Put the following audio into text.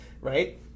Right